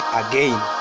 again